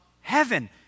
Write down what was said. heaven